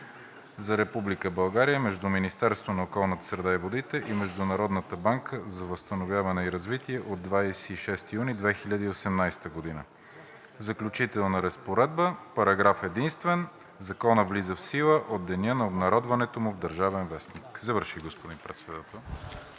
България между Министерството на околната среда и водите и Международната банка за възстановяване и развитие от 26 юни 2018 г. Заключителна разпоредба Параграф единствен. Законът влиза в сила от деня на обнародването му в „Държавен вестник“.“ Завърших, господин Председател.